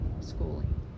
schooling